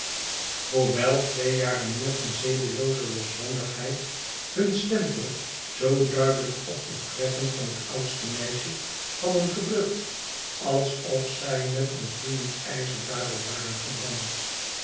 hoewel twee jaren meer van zedelooze losbandigheid hun stempel zoo duidelijk op de trekken van het oudste meisje hadden gedrukt alsof zij met een gloeiend ijzer daarop waren gebrand